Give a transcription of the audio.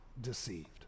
deceived